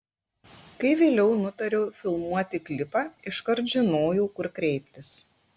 kai vėliau nutariau filmuoti klipą iškart žinojau kur kreiptis